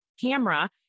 camera